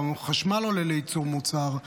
והחשמל לייצור מוצר עולה,